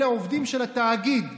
אלה עובדים של התאגיד,